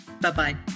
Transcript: Bye-bye